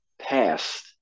past